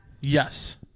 Yes